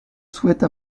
souhaite